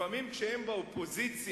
לפעמים כשהם באופוזיציה,